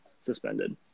suspended